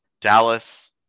Dallas